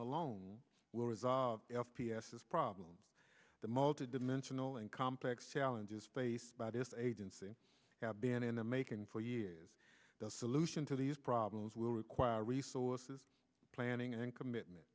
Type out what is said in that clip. alone will resolve f p s this problem the multidimensional and complex challenges faced by this agency have been in the making for years the solution to these problems will require resources planning and commitment